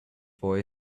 boy